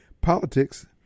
politics